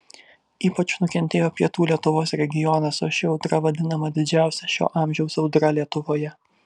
ypač nukentėjo pietų lietuvos regionas o ši audra vadinama didžiausia šio amžiaus audra lietuvoje